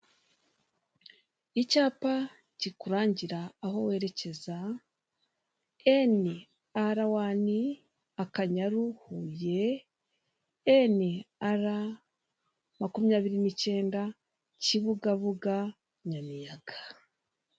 Icyapa kikurangira aho werekeza eni ara wani akanyaru huye eni ara makumyabiri n'icyenda kibugabuga nyamiyaga.